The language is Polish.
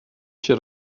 się